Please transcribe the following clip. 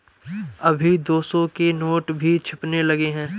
अभी दो सौ के नोट भी छपने लगे हैं